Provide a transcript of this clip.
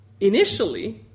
initially